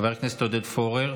חבר הכנסת עודד פורר,